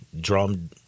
Drum